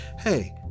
Hey